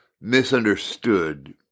misunderstood